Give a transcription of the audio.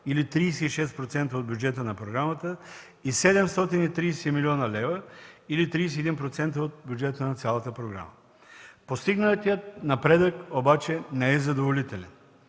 или 36% от бюджета на програмата, и 730 млн. лв., или 31% от бюджета на цялата програма. Постигнатият напредък обаче не е задоволителен